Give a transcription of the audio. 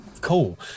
cool